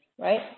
right